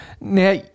Now